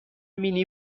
مینی